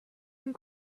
and